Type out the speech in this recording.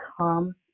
come